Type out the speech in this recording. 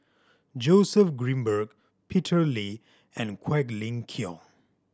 Joseph Grimberg Peter Lee and Quek Ling Kiong